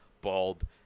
bald